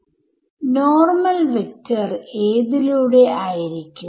സ്പേസിലെ എന്ത് പോയിന്റ് നമ്മൾ തെരഞ്ഞെടുക്കും